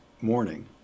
morning